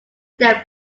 their